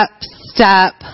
step